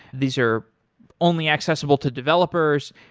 these are only accessible to developers,